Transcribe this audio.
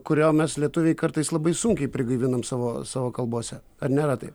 kurio mes lietuviai kartais labai sunkiai prigaivinam savo savo kalbose ar nėra taip